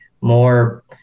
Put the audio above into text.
more